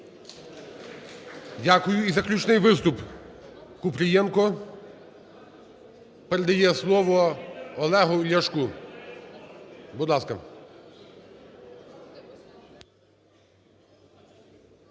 Дякую. І заключний виступ Купрієнко. Передає слово Олегу Ляшку. Будь ласка.